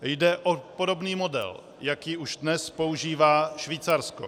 Jde o podobný model, jaký už dnes používá Švýcarsko.